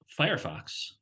Firefox